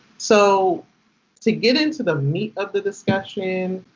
so to get into the meat of the discussion,